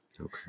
Okay